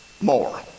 more